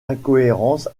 incohérence